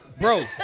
Bro